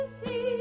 see